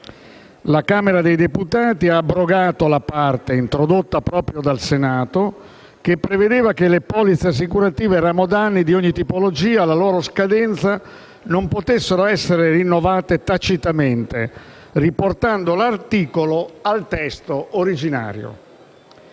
La Camera dei deputati ha abrogato la parte, introdotta proprio dal Senato, che prevedeva che le polizze assicurative ramo danni di ogni tipologia alla loro scadenza non potessero essere rinnovate tacitamente, riportando l'articolo al testo originario.